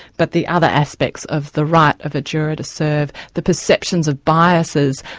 but the other aspects of the right of a juror to serve, the perceptions of biases.